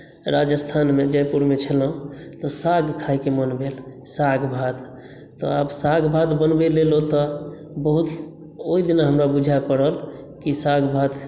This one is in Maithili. राजस्थानमे जयपुरमे छलहुँ तऽ साग खाइके मोन भेल साग भात तऽ आब साग भात बनबय लेल ओतय बहुत ओहि दिन हमरा बुझा पड़ल कि साग भात